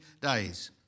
days